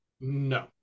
No